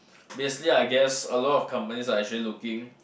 basically I guess a lot of companies are actually looking